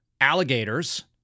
alligators